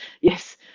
yes